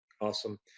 Awesome